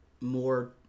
more